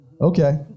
okay